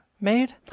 made